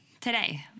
today